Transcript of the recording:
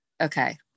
okay